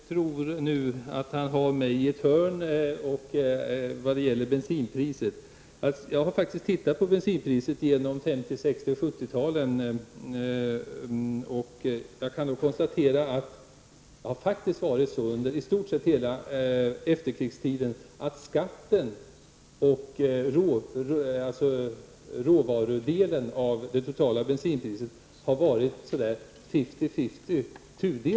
Herr talman! Anders Castberger tror att han har fått in mig i ett hörn när det gäller bensinpriset. Men jag har faktiskt tittat på bensinpriserna under 50-, 60 och 70-talen och kan konstatera att under i stort sett hela efterkrigstiden har skatte och råvarudelen av det totala bensinpriset varit fiftyfifty.